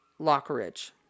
Lockeridge